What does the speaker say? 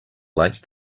lake